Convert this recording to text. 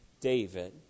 David